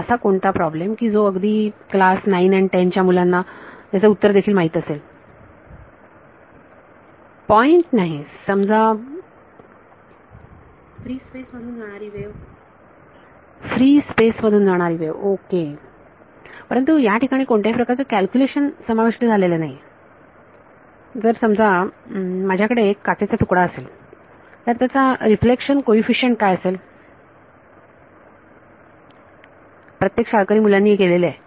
असा कोणता प्रॉब्लेम की जो अगदी क्लास 9 आणि 10 च्या मुलांना ज्याचे उत्तर देखील माहीत असेल विद्यार्थी पॉईंट नाही समजा विद्यार्थी फ्री स्पेस मधून जाणारी वेव्ह फ्री स्पेस मधून जाणारी वेव्ह ओके परंतु या ठिकाणी कोणत्याही प्रकारचे कॅल्क्युलेशन समाविष्ट झालेले नाही जर माझ्याकडे एक काचेचा तुकडा असेल तर त्याचा रिफ्लेक्शन कोईफिशंट काय असेल प्रत्येक शाळकरी मुलांनी हे केलेले आहे